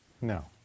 No